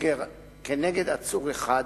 כנגד עצור אחד,